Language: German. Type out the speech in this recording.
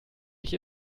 ich